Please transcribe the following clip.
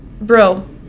bro